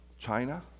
China